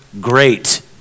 great